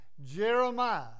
Jeremiah